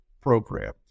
program